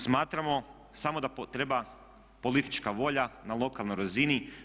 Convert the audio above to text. Smatramo samo da treba politička volja na lokalnoj razini.